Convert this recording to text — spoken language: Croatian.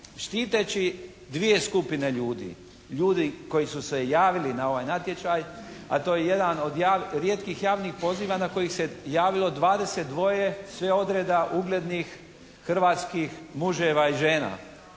Štiteći dvije skupine ljudi, ljudi koji su se javili na ovaj natječaj a to je jedan od rijetkih javnih poziva na koji se javilo 22 sve odreda uglednih hrvatskih muževa i žena.